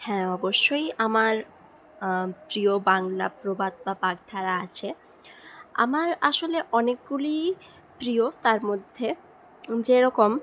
হ্যাঁ অবশ্যই আমার প্রিয় বাংলা প্রবাদ বা বাগধারা আছে আমার আসলে অনেকগুলিই প্রিয় তার মধ্যে যেরকম